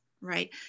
Right